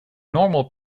normal